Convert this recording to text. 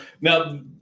Now